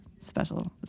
special